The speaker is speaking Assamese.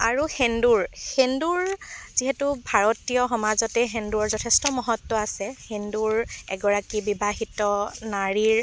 আৰু সেন্দুৰ সেন্দুৰ যিহেতু ভাৰতীয় সমাজতেই সেন্দুৰৰ যথেষ্ট মহত্ব আছে সেন্দুৰ এগৰাকী বিবাহিত নাৰীৰ